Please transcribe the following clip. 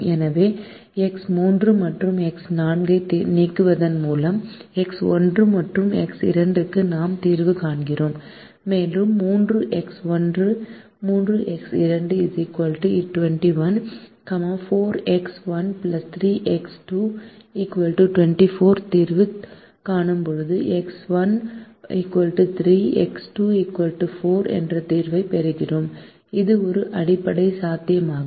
எனவே எக்ஸ் 3 மற்றும் எக்ஸ் 4 ஐ நீக்குவதன் மூலம் எக்ஸ் 1 மற்றும் எக்ஸ் 2 க்கு நாம் தீர்வு காண்கிறோம் மேலும் 3 எக்ஸ் 1 3 எக்ஸ் 2 21 4 எக்ஸ் 1 3 எக்ஸ் 2 24 க்கு தீர்வு காணும்போது எக்ஸ் 1 3 எக்ஸ் 2 4 என்ற தீர்வைப் பெறுகிறோம் இது ஒரு அடிப்படை சாத்தியமாகும்